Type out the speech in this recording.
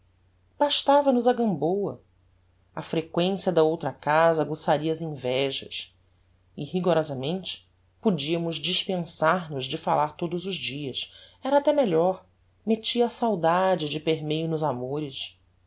situaçao bastava nos a gamboa a frequencia da outra casa aguçaria as invejas e rigorosamente podiamos dispensar nos de falar todos os dias era até melhor mettia a saudade de permeio nos amores